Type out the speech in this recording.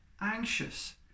anxious